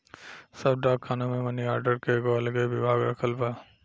सब डाक खाना मे मनी आर्डर के एगो अलगे विभाग रखल बा